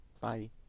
Bye